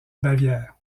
bavière